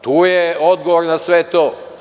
Tu je odgovor na sve to.